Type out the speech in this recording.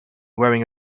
wearing